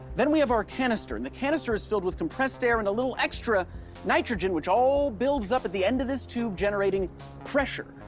then we have our canister, and the canister is filled with compressed air, and a little extra nitrogen, which all builds up at the end of this tube generating pressure.